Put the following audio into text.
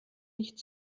nicht